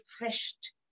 refreshed